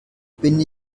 bin